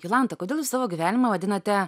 jolanta kodėl jūs savo gyvenimą vadinate